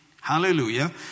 Hallelujah